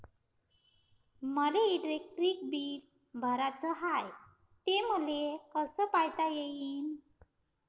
मले electric bill भराचं हाय, ते मले कस पायता येईन?